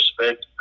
respect